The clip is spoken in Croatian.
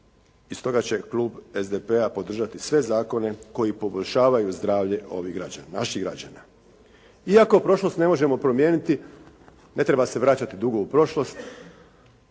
i stoga će Klub SDP-a podržati sve zakone koji poboljšavaju zdravlje ovih građana, naših građana. Iako prošlost ne možemo promijeniti, ne treba se vraćati dugo u prošlost,